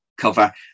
cover